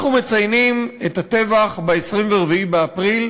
אנחנו מציינים את הטבח ב-24 באפריל.